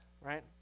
Right